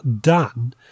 done